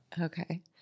Okay